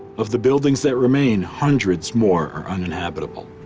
of the buildings that remain, hundreds more are uninhabitable.